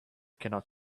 cannot